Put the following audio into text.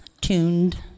tuned